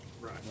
Right